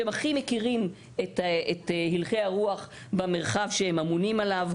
שהם הכי מכירים ויודעים את הלכי הרוח במרחב שהם אמונים עליו.